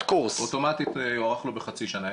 מי שרוצה לחדש אוטומטית יוארך לו בחצי שנה,